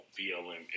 BLM